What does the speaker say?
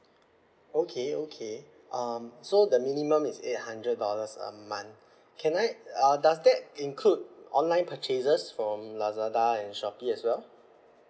okay okay um so the minimum is eight hundred dollars a month can I uh does that include online purchases from lazada and shopee as well